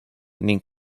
ning